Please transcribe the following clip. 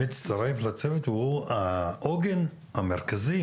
יצטרף לצוות, הוא העוגן המרכזי